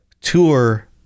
Tour